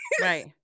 Right